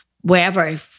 wherever